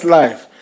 life